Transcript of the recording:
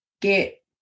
get